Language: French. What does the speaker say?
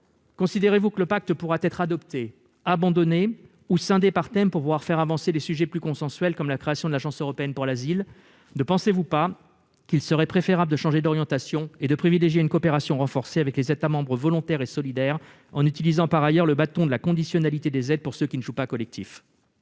l'asile et les migrations pourrait être adopté, abandonné ou scindé par thèmes pour pouvoir faire avancer les sujets plus consensuels, comme la création de l'Agence de l'Union européenne pour l'asile ? Ne pensez-vous pas qu'il serait préférable de changer d'orientation et de privilégier une coopération renforcée avec les États membres volontaires et solidaires, en utilisant par ailleurs le bâton de la conditionnalité des aides pour ceux qui ne jouent pas collectif ?